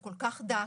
הוא כל כך דק.